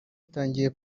itangiye